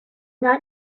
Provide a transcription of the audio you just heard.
not